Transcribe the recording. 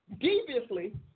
Deviously